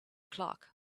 clock